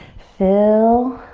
fill